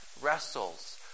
wrestles